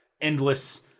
endless